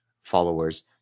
followers